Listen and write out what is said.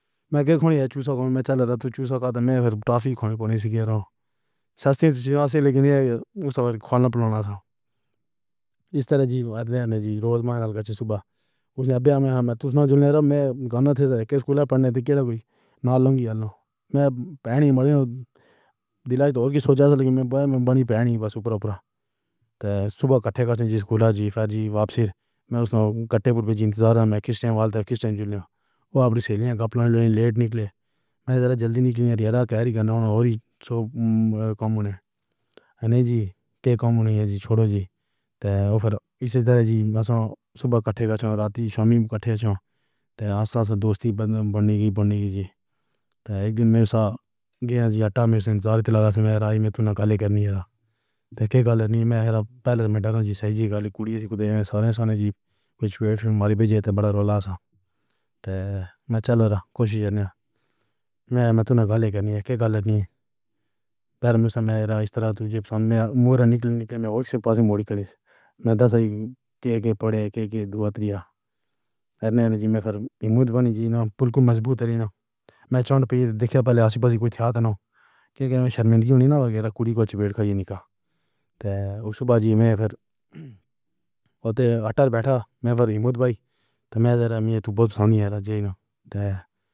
ہوں۔ میں چُوسو کھاؤں، میں تو چُوسا ہوا ٹافی کھانے کو نہیں سیکھے گا۔ راحُل سسرال سے لے کر کھانا بنانا۔ اِس طرح جی دینے روز منگل کر کے صبح اُس نے اِہم مہم میں ہمّا تو نہیں رہا۔ میں کنّڑ تھے، تو پھر سکول پڑھنے گئے۔ کوئی نہ لوں گی، جانو۔ میں بھائی ماروں گا۔ دِلاج اور بھی سوچا تھا، لیکن میں بنی پئیڑی بس اوپر اوپر۔ تب صبح اِکٹّھے سکول جی فرضی واپسی۔ میں اُس وقت اِنتظار۔ میں کِس ٹائم والا تھا، کِس ٹائم چلے جاؤ۔ اب سیلی کپڑوں لیٹ نکلے۔ میں ذرا جلدی نِکلی ہے۔ ہریانوی سو کم نہیں، کم نہیں ہے جی، چھوڑو جی۔ تو پھر اِسی طرح سے صبح اِکٹّھے سے رات شام کا وَسرم۔ آس پاس دوستی بنی گئی، بنی ہوئی ہے۔ ایک دن میں بھی شام آٹھا بجے نِکالے گا۔ میں تُونے کر لیا تھا، کی کر لینی ہے۔ پہلے میں ڈرا سہی کالی کُڑیے سے۔ سارے سارے جِیپ چڑھ گئی۔ بڑا رَولا سا ہے۔ میں چلو کوشش ہے۔ میں میں تُونے گالی کرنی ہے، کی کر لینی ہے۔ گھر میں سمرا اِس طرح تُجھے سُن میرا نِکلنے کے بعد موڑی کر لی۔ میں بتا دوں کہ پڑھے کے دُعا تِریا۔ رہنے میں فرق ہے۔ موڈی بنی۔ جینا بالکل مَضبوط رہنا۔ میں چوند پر دیکھے پہلے آس پاس کوئی یا تو شرمندگی ہونی چاہیے۔ نِکال کے اُس دن میں پھر اُدھر بیٹھا۔ میرے کو بھائی تو میں ذرا میں تُو بہت سونی ہے نا جی۔